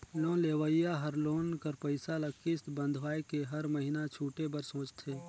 loan लेहोइया हर loan कर पइसा ल किस्त बंधवाए के हर महिना छुटे बर सोंचथे